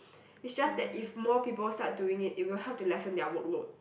it's just that if more people start doing it it will help to lessen their workload